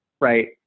right